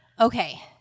Okay